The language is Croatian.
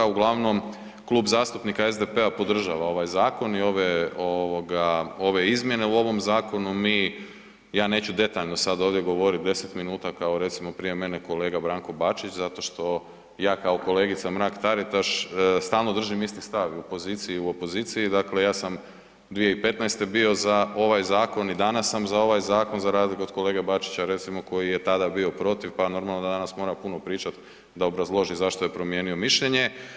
Uglavnom, Klub zastupnika SDP-a podržava ovaj zakon i ove izmjene u ovom zakonu, mi, ja neću detaljno sad ovdje govoriti 10 minuta kao recimo, prije mene kolega Branko Bačić zato što ja kao kolegica Mrak-Taritaš stalno držim isti stav, i u poziciji i u opoziciji, dakle ja sam 2015. bio za ovaj zakon i danas sam za ovaj zakon, za razliku od kolege Bačića recimo koji je tada bio protiv pa normalno da danas mora puno pričati da obrazloži zašto je promijenio mišljenje.